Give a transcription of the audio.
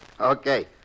Okay